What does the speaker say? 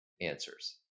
answers